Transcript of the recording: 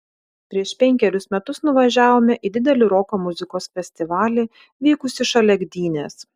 prieš penkerius metus nuvažiavome į didelį roko muzikos festivalį vykusį šalia gdynės